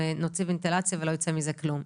ויש ונטילציה ולא יוצא מזה כלום.